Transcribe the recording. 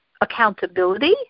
accountability